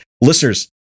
Listeners